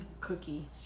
cookie